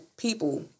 people